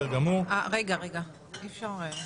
רגע, רגע, אי-אפשר,